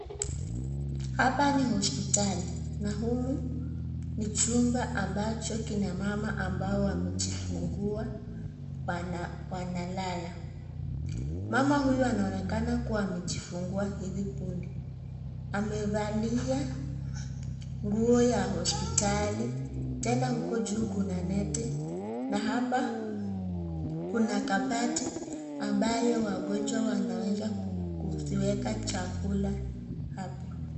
Hapa ni hospitali na humu ni chumba ambacho kina mama ambao wamejifungua wanalala. Mama huyu anaonekana kuwa amejifungua hivi punde. Amevalia nguo ya hospitali tena huko juu kuna neti na hapa kuna kabati ambayo wagonjwa wanaweza kuziweka chakula hapo.